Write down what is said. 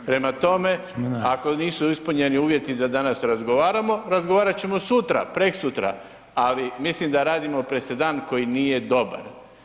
Prema tome, ako nisu ispunjeni uvjeti da danas razgovaramo, razgovarat ćemo sutra, prekosutra, ali mislim da radimo presedan koji nije dobar.